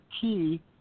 key